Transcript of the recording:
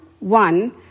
one